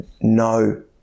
no